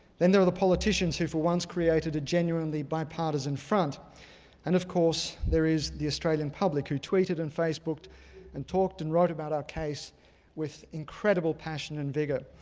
then there are the politicians who for once created a genuinely bipartisan front. and of course, there is the australian public who tweeted and facebook'd and talked and wrote about our case with incredible passion and vigor.